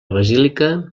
basílica